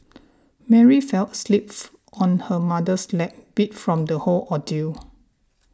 Mary fell asleep on her mother's lap beat from the whole ordeal